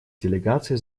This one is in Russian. делегации